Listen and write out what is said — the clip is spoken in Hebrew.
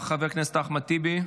חבר הכנסת אחמד טיבי,